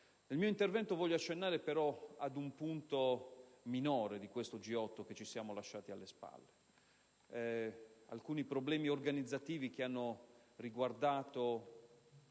Nel mio intervento voglio accennare ad un punto minore del G8 che ci siamo lasciati alle spalle. Mi riferisco ad alcuni problemi organizzativi che hanno riguardato